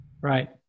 right